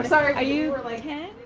are you like yeah